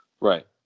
Right